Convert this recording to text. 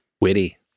Witty